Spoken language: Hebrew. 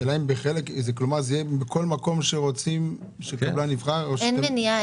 כלומר זה יהיה בכל מקום שרוצים --- אין מניעה,